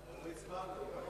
לא הצבענו.